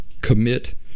commit